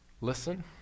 listen